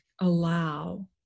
allow